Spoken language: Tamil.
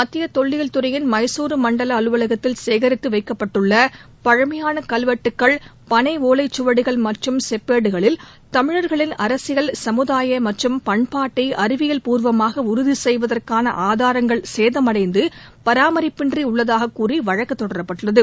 மத்திய தொல்லியல் துறையின் மைசூரு மண்டல அலுவலகத்தில் சேகரித்து வைக்கப்பட்டுள்ள பழமையான கல்வெட்டுக்கள் ்பனை ஒலைச்சவடிகள் மற்றும் செப்பேடுகளில் தமிழர்களின் அரசியல் சமுதாய மற்றும் பண்பாட்டை அறிவியல் பூர்வமாக உறுதி செய்வதற்கான ஆதாரங்கள் சேதமடைந்து பராமரிப்பின்றி உள்ளதாக கூறி வழக்கு தொடரப்பட்டுள்ளது